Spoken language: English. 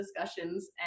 discussions